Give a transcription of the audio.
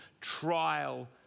trial